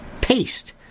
paste